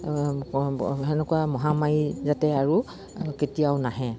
সেনেকুৱা মহামাৰী যাতে আৰু কেতিয়াও নাহে